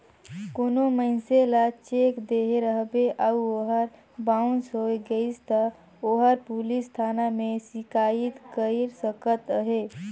कोनो मइनसे ल चेक देहे रहबे अउ ओहर बाउंस होए गइस ता ओहर पुलिस थाना में सिकाइत कइर सकत अहे